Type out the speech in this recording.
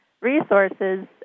Resources